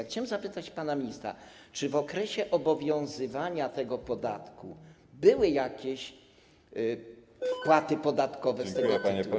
Chciałem zapytać pana ministra: Czy w okresie obowiązywania tego podatku były jakieś wpłaty podatkowe z tego tytułu?